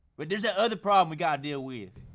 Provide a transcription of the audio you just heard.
but there's that other problem we gotta deal with.